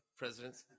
presidents